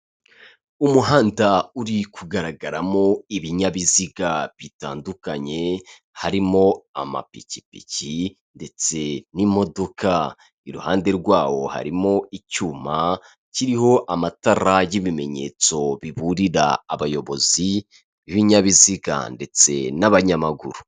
Umuhanda uri kugaragaramo ibinyabiziga bitandukanye harimo amapikipiki ndetse n'imodoka, iruhande rwawo harimo icyuma kiriho amatara y'ibimenyetso biburira abayobozi b'ibinyabiziga ndetse n'abanyamaguru.